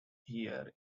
here